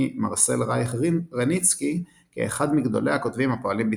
מרסל רייך רניצקי כאחד מגדולי הכותבים הפועלים בתקופתנו.